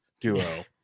duo